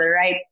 right